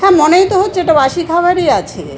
হ্যাঁ মনেই তো হচ্ছে এটা বাসি খাবারই আছে